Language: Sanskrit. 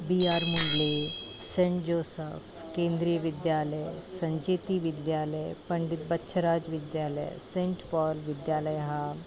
वीर मुण्ड्ले सेण्ट् जोसफ़् केन्द्रीयविद्यालयः सञ्चेति विद्यालयः पण्डितः बच्छराजविद्यालयः सेण्ट् पाल् विद्यालयः